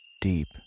deep